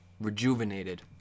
Rejuvenated